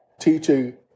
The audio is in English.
teaching